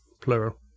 plural